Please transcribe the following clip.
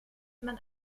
man